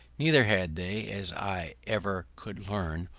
neither had they, as i ever could learn,